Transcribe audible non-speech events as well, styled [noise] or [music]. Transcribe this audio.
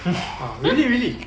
[laughs]